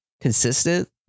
consistent